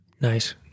nice